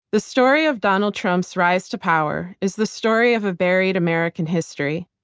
the story of donald trump's rise to power is the story of a buried american history,